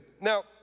Now